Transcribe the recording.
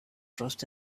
trust